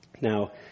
Now